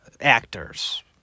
actors